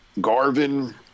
Garvin